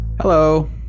Hello